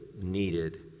needed